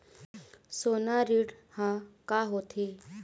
सोना ऋण हा का होते?